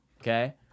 okay